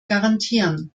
garantieren